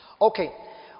Okay